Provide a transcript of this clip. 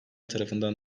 tarafından